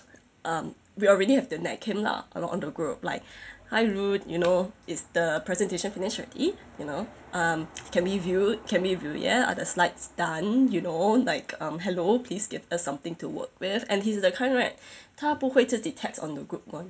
um we already have to nag him lah a lot in the group like hi rud you know is the presentation finished already you know um can we view can we view yet are the slides done you know like um hello please give us something to work with and he's the kind right 他不会自己 text on the group [one]